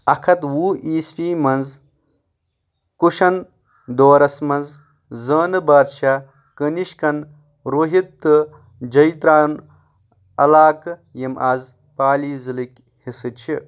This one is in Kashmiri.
اکھ ہتھ وُہ عیسوی منٛز کُشن دورس منٛز زٲنہٕ بادشاہ كنِشكن روہت تہٕ جیہ تران علاقہٕ یِم از پالی ضلٕكۍ حصہٕ چھِ